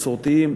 מסורתיים,